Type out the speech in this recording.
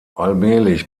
allmählich